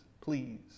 please